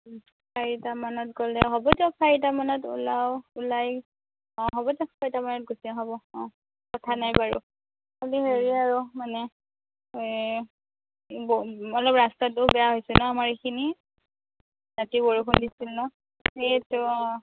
চাৰিটামানত গ'লে হ'ব দিয়ক চাৰিটামানত ওলাওঁ ওলাই অ হ'ব দিয়ক চাৰিটামানত গুচি যাম হ'ব অহ কথা নাই বাৰু খালী হেৰি আৰু মানে অলপ ৰাস্তাটো বেয়া হৈছে ন' আমাৰ এইখিনি ৰাতি বৰষুণ দিছিল ন' সেইটো অ